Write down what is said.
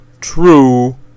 True